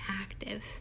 active